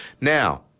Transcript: Now